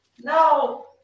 No